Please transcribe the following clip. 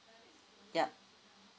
yup